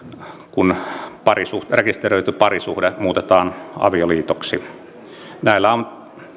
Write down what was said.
kun rekisteröity parisuhde muutetaan avioliitoksi näillä on